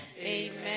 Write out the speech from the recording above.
Amen